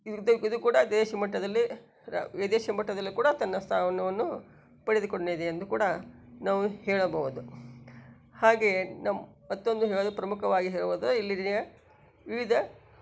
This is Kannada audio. ಇದು ಇದೂ ಕೂಡ ದೇಶ ಮಟ್ಟದಲ್ಲಿ ರ ವಿದೇಶ ಮಟ್ಟದಲ್ಲಿ ಕೂಡ ತನ್ನ ಸ್ಥಾನವನ್ನು ಪಡೆದುಕೊಂಡಿದೆ ಎಂದೂ ಕೂಡ ನಾವು ಹೇಳಬಹುದು ಹಾಗೆಯೇ ನಮ್ಮ ಮತ್ತೊಂದು ಹೇಳಲು ಪ್ರಮುಖವಾಗಿ ಹೇಳುವುದು ವಿವಿಧ